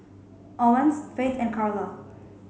Owens Faith and Karla